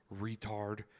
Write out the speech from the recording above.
retard